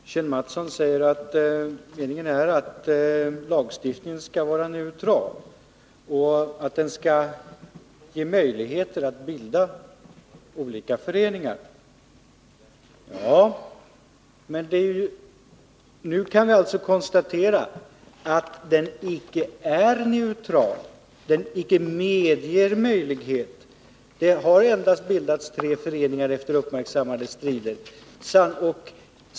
Herr talman! Kjell Mattson säger att meningen är att lagstiftningen skall vara neutral och att den skall ge möjlighet att bilda hyresgästföreningar. Men nu kan vi alltså konstatera att den icke är neutral och icke medger sådan möjlighet. Det har bildats endast tre föreningar, och detta efter uppmärksammade strider.